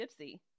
gypsy